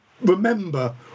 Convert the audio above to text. remember